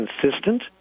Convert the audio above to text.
consistent